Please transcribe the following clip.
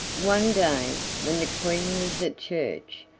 one day when the queen was at church,